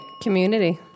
Community